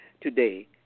today